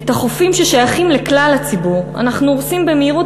את החופים השייכים לכלל הציבור אנחנו הורסים במהירות